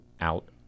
out